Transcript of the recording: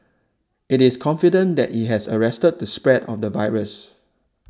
it is confident that it has arrested the spread of the virus